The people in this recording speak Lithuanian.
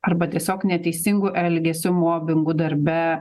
arba tiesiog neteisingu elgesiu mobingu darbe